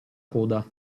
coda